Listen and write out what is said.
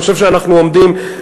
אני חושב שאנחנו עומדים,